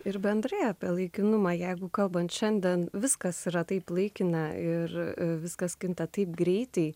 ir bendrai apie laikinumą jeigu kalbant šiandien viskas yra taip laikina ir viskas kinta taip greitai